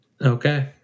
Okay